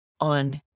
on